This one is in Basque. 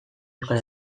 euskal